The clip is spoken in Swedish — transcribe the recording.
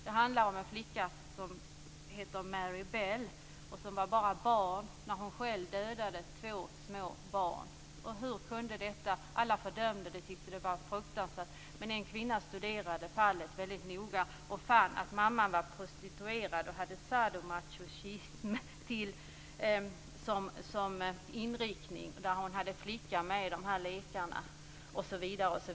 Det handlar om en flicka som heter Mary Bell och som var bara barn när hon själv dödade två små barn. Alla fördömde henne och tyckte att det var fruktansvärt. Men en kvinna studerade fallet väldigt noga och fann att mamman var prostituerad och hade sado-masochism som inriktning. Mamman hade flickan med i lekarna.